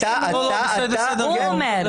הוא אומר,